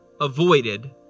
avoided